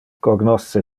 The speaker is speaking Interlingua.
cognosce